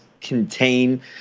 contain